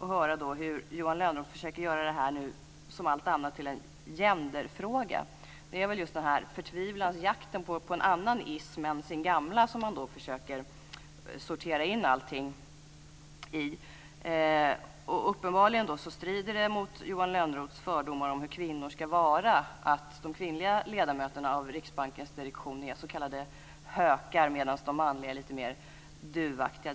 att höra hur Johan Lönnroth försöker att göra detta som allt annat till en gender-fråga. Det är väl just en förtvivlans jakt på en annan ism än sin gamla som gör att man försöker att sortera in allting. Uppenbarligen strider det mot Johan Lönnroths fördomar om hur kvinnor ska vara att de kvinnliga ledamöterna av Riksbankens direktion är s.k. hökar medan de manliga är lite mer duvaktiga.